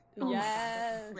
Yes